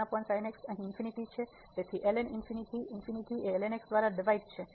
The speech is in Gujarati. તેથી અને lnx દ્વારા ડિવાઈડ છે